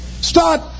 Start